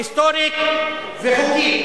היסטורית וחוקית,